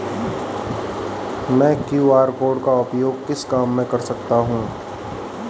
मैं QR code का उपयोग किस काम में कर सकता हूं?